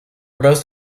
most